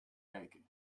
weken